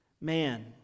man